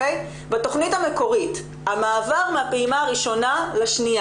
בתכנית המקורית, המעבר מהפעימה הראשונה לשניה